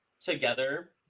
together